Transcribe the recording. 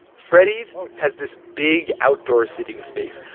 freddies has this big outdoor seating space,